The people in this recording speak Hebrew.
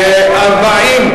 התשע"א 2010,